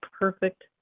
perfect